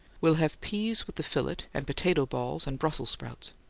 we'll have peas with the fillet, and potato balls and brussels sprouts.